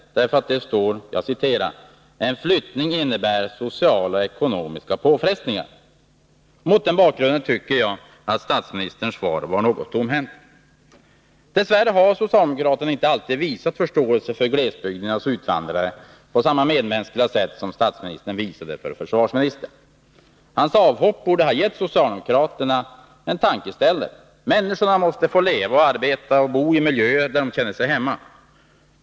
Där står: ”En flyttning innebär sociala och ekonomiska påfrestningar.” Mot den bakgrunden tycker jag att statsministerns svar var något magert. Dess värre har socialdemokraterna inte alltid visat förståelse för glesbygdernas utvandrare på samma medmänskliga sätt som statsministern visade förståelse för försvarsministern. Försvarsministerns avhopp borde ha gett socialdemokraterna en tankeställare. Människorna måste få leva, arbeta och bo i miljöer där de känner sig hemma.